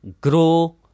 Grow